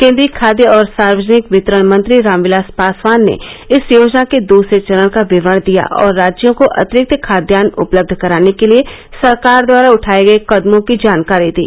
केंद्रीय खाद्य और सार्वजनिक वितरण मंत्री रामविलास पासवान ने इस योजना के दसरे चरण का विवरण दिया और राज्यों को अतिरिक्त खाद्यान्न उपलब्ध कराने के लिए सरकार द्वारा उठाए गए कदमों की जानकारी दी